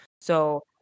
So-